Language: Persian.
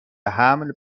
حمل